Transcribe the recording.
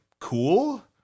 cool